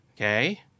Okay